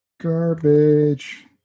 Garbage